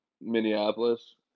Minneapolis